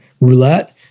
roulette